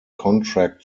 contract